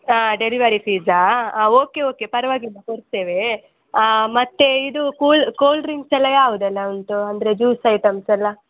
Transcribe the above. ಹಾಂ ಡೆಲಿವರಿ ಫೀಸಾ ಆಂ ಓಕೆ ಓಕೆ ಪರವಾಗಿಲ್ಲ ಕೊಡ್ತೇವೆ ಮತ್ತು ಇದು ಕೂಲ್ ಕೋಲ್ಡ್ ಡ್ರಿಂಕ್ಸ್ ಎಲ್ಲ ಯಾವುದೆಲ್ಲ ಉಂಟು ಅಂದರೆ ಜ್ಯೂಸ್ ಐಟೆಮ್ಸೆಲ್ಲ